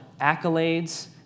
accolades